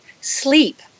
sleep